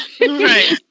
right